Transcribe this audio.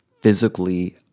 physically